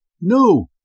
No